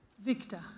Victor